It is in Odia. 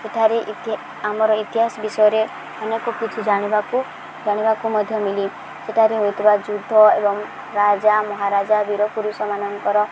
ଏଠାରେ ଆମର ଇତିହାସ ବିଷୟରେ ଅନେକ କିଛି ଜାଣିବାକୁ ଜାଣିବାକୁ ମଧ୍ୟ ମିଳେ ସେଠାରେ ହୋଇଥିବା ଯୁଦ୍ଧ ଏବଂ ରାଜା ମହାରାଜା ବୀରପୁରୁଷ ମାନଙ୍କର